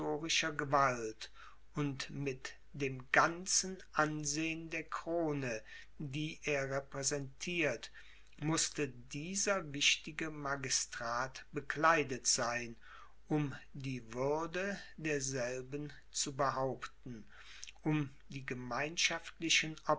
gewalt und mit dem ganzen ansehen der krone die er repräsentiert mußte dieser wichtige magistrat bekleidet sein um die würde derselben zu behaupten um die gemeinschaftlichen